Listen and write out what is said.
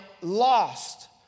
lost